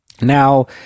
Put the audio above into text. Now